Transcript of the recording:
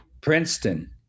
Princeton